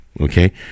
Okay